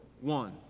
one